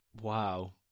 Wow